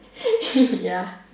ya